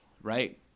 right